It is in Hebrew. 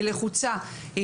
היא לחוצה,